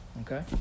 Okay